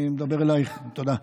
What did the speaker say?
אני מדבר אליך, תודה,